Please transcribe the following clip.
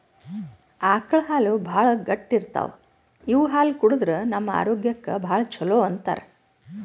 ಆಕಳ್ ಹಾಲ್ ಭಾಳ್ ಗಟ್ಟಿ ಇರ್ತವ್ ಇವ್ ಹಾಲ್ ಕುಡದ್ರ್ ನಮ್ ಆರೋಗ್ಯಕ್ಕ್ ಭಾಳ್ ಛಲೋ ಅಂತಾರ್